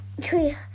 tree